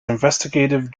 investigative